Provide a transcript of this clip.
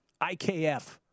IKF